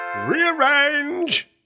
Rearrange